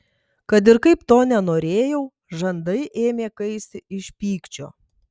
kad ir kaip to nenorėjau žandai ėmė kaisti iš pykčio